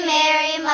Mary